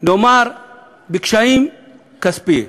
בקשיים כספיים,